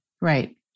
right